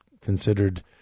considered